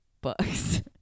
books